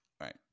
right